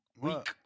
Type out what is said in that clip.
week